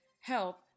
help